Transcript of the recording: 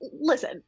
Listen